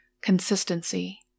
Consistency